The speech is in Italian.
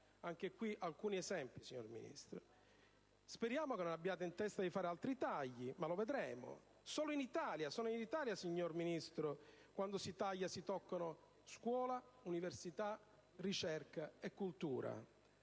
solo degli esempi, signor Ministro. Speriamo non abbiate in mente di fare altri tagli, ma lo vedremo. Solo in Italia, in Italia soltanto, signor Ministro, quando si taglia si toccano scuola, università, ricerca e cultura.